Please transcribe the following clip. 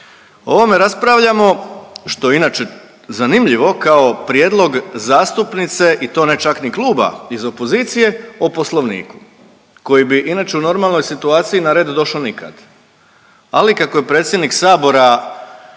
ovome raspravljamo što je inače zanimljivo kao prijedlog zastupnice i to ne čak iz kluba iz opozicije o poslovniku koji bi inače u normalnoj situaciji na red došao nikad. Ali kako je predsjednik Sabora